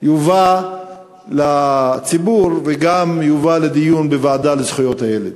יובא לציבור, וגם יובא לדיון בוועדה לזכויות הילד.